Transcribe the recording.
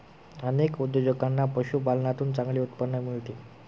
अनेक उद्योजकांना पशुपालनातून चांगले उत्पन्न मिळते